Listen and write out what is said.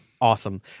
Awesome